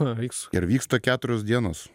ir vyksta keturios dienos